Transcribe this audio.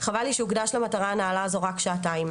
חבל לי שהוקדש למטרה הנעלה הזו רק שעתיים,